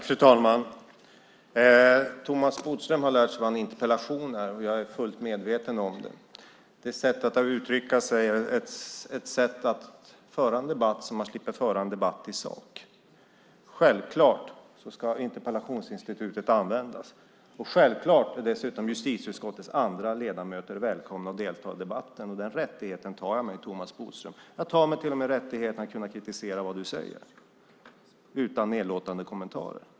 Fru talman! Thomas Bodström har lärt sig vad en interpellation är, och jag är fullt medveten om det. Detta sätt att uttrycka sig är ett sätt att debattera så att man slipper föra en debatt i sak. Självklart ska interpellationsinstitutet användas, och självklart är dessutom justitieutskottets andra ledamöter välkomna att delta i debatten. Den rättigheten tar jag mig, Thomas Bodström. Jag tar mig till och med rättigheten att kritisera vad du säger - utan nedlåtande kommentarer.